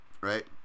right